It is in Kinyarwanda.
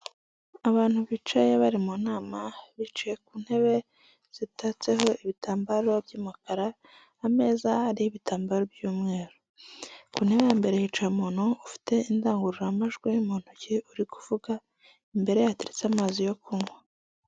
Abantu bicaye bari mu nama bicaye ku ntebe zitatseho ibitambaro by'umukara ameza ariho ibitambaro by'umweru, ku ntebe imbere hicaye umuntu ufite indangururamajwi mu ntoki uri kuvuga imbere ye hateretse amazi yo kunywa.